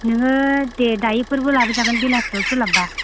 नोङो दे दाहाय फोरबो लाबो जागोन बेलासियाव सोलाबबा